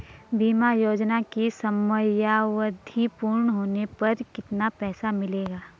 बीमा योजना की समयावधि पूर्ण होने पर कितना पैसा मिलेगा?